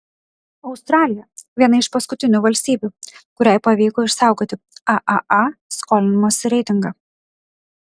australija viena iš paskutinių valstybių kuriai pavyko išsaugoti aaa skolinimosi reitingą